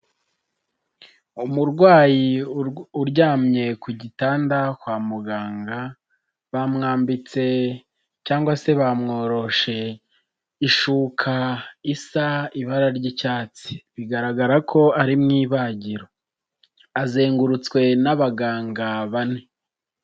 Umurwayi uryamye ku gitanda kwa muganga bamwambitse cyangwa se bamworoshe ishuka isa ibara ry'icyatsi, bigaragara ko ari mu ibagiro azengurutswe n'abaganga bane.